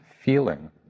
feeling